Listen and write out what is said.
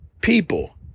People